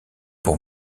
pour